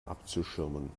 abzuschirmen